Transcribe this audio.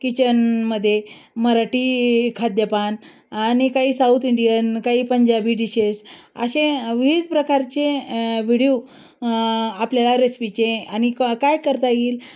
किचनमध्ये मराठी खाद्यपान आणि काही साऊथ इंडियन काही पंजाबी डिशेस असे विविध प्रकारचे व्हिडिओ आपल्याला रेसिपीचे आणि क काय करता येईल